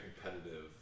competitive